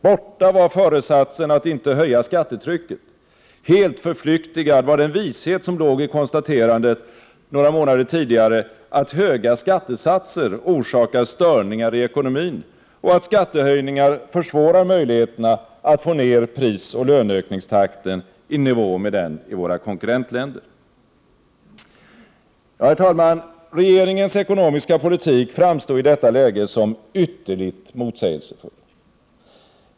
Borta var föresatsen att inte höja skattetrycket. Helt förflyktigad var den vishet som låg i konstaterandet några månader tidigare att höga skattesatser orsakar störningar i ekonomin och att skattehöjningar försvårar möjligheterna att få ned prisoch löneökningstakten i nivå med den i våra konkurrentländer. Herr talman! Regeringens ekonomiska politik framstod i detta läge som ytterligt motsägelsefull.